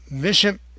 Bishop